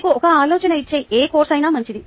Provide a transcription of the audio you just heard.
మీకు ఒక ఆలోచన ఇచ్చే ఏ కోర్సు అయినా మంచిది